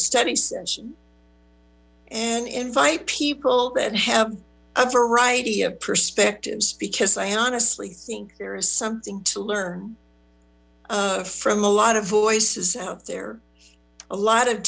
study session and invite people that have a variety of perspectives because i honestly think there is something to learn from a lot of voices out there a lot of